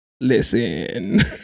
listen